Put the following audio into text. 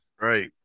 Right